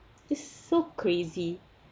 it's so crazy